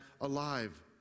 alive